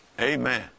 Amen